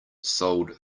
sold